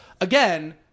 Again